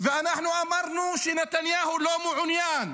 אנחנו אמרנו שנתניהו לא מעוניין,